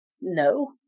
No